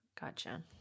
Gotcha